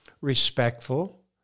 respectful